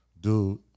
dude